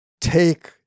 take